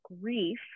grief